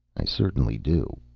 i certainly do.